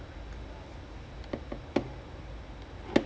ya so alright inspirational ya